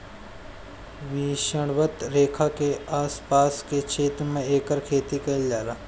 विषवत रेखा के आस पास के क्षेत्र में एकर खेती कईल जाला